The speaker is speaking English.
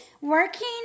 working